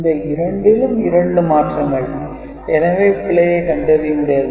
இந்த இரண்டிலும் இரண்டு மாற்றங்கள் எனவே பிழையை கண்டறிய முடியாது